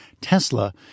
Tesla